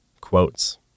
quotes